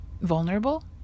vulnerable